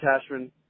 Cashman